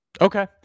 Okay